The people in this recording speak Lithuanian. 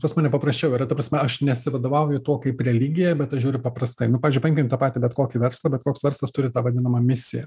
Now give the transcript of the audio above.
pas mane paprasčiau yra ta prasme aš nesivadovauju tuo kaip religija bet aš žiūriu paprastai nu pavyzdžiui paimkim tą patį bet kokį verslą bet koks verslas turi tą vadinamą misiją